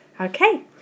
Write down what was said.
Okay